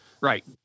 Right